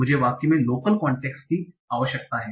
मुझे वाक्य में लोकल कांटेक्स्ट की आवश्यकता है